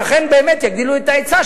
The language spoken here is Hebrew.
שאכן באמת יגדילו את ההיצע,